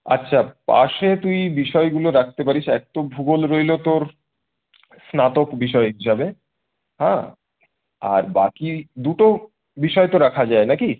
আচ্ছা পাসে তুই বিষয়গুলো রাখতে পারিস এক তো ভূগোল রইল তোর স্নাতক বিষয় হিসেবে হ্যাঁ আর বাকি দুটো বিষয় তো রাখা যায় নাকি